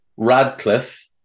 Radcliffe